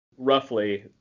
roughly